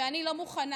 אני לא מוכנה,